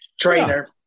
trainer